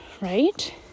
right